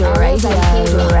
radio